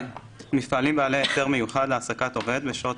(2)מפעלים בעלי היתר מיוחד להעסקת עובד בשעות